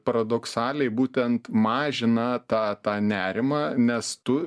paradoksaliai būtent mažina tą tą nerimą nes tu